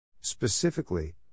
Specifically